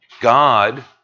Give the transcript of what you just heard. God